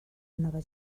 nova